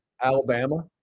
Alabama